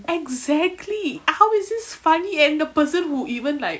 exactly how is this funny and the person who even like